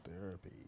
therapy